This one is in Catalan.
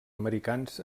americans